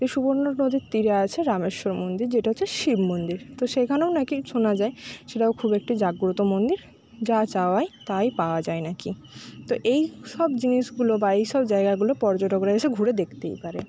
এই সুবর্ণ নদীর তীরে আছে রামেশ্বর মন্দির যেটা হচ্ছে শিব মন্দির তো সেইখানেও নাকি শোনা যায় সেটাও খুব একটি জাগ্রত মন্দির যা চাওয়া হয় তাই পাওয়া যায় নাকি তো এই সব জিনিসগুলো বা এই সব জায়গাগুলো পর্যটকরা এসে ঘুরে দেখতেই পারে